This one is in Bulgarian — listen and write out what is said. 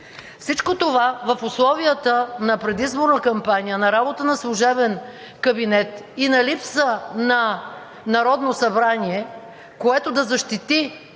Всичко това – в условията на предизборна кампания, на работа на служебен кабинет и на липса на Народно събрание, което да защити